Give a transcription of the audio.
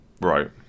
Right